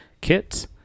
kits